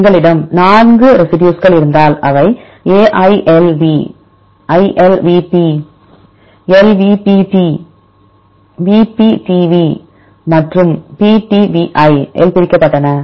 எங்களிடம் 4 ரெசி டியூஸ்க்கள் இருந்தால் அவை AILV ILVP LVPT VPTV மற்றும் PTVI இல் பிரிக்கப்பட்டன